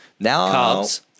Carbs